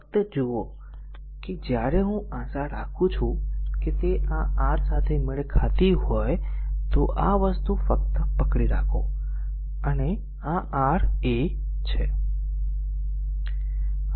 ફક્ત જુઓ કે જ્યારે હું આશા રાખું છું કે તે આ r સાથે મેળ ખાતી હોય તો આ વસ્તુ ફક્ત પકડી રાખો મને આ એક આ a R a છે